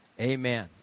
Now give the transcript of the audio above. Amen